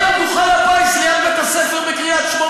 מה עם מפעל הפיס ליד בית-הספר בקריית-שמונה?